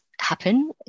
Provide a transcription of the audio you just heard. happen